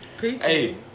Hey